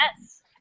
Yes